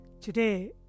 Today